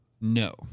No